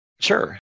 Sure